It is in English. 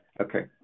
Okay